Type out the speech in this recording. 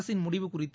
அரசின் முடிவு குறித்து